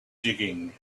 digging